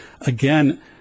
again